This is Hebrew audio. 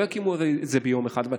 הרי לא יקימו את זה ביום אחד,